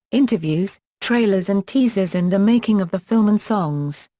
interviews, trailers and teasers and the making of the film and songs.